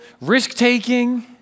risk-taking